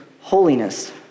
holiness